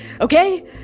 okay